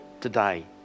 today